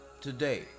today